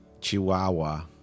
chihuahua